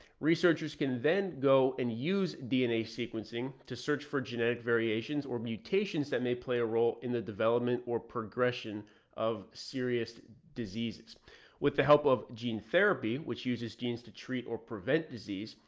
researchers can then go and use dna sequencing to search for genetic variations or mutations that may play a role in the development or progression of serious disease with the help of gene therapy, which uses genes to treat or prevent disease.